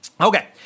okay